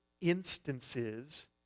instances